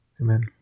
amen